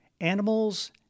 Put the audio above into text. Animals